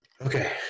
Okay